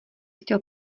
chtěl